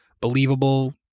believable